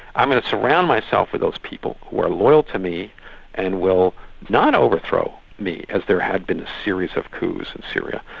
i'm going to surround myself with those people who are loyal to me and will not overthrow me as there had been a series of coups in syria,